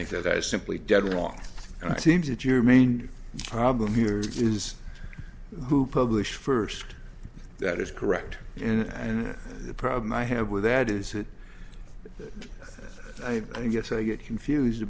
think that is simply dead wrong and i seems that your main problem here is who published first that is correct and the problem i have with that is that i guess i get confused